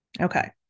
Okay